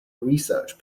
research